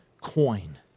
coin